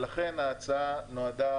ולכן ההצעה נועדה,